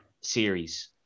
series